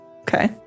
Okay